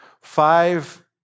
Five